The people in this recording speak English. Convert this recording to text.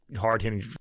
hard-hitting